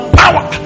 power